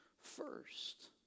first